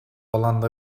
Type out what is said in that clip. alanda